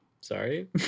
sorry